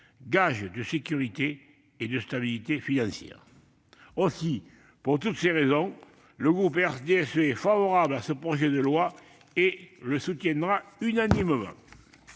gage de sécurité et de stabilité financières. Aussi, pour toutes ces raisons, le groupe RDSE est favorable à ce projet de loi et le votera à l'unanimité